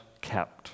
kept